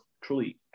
truly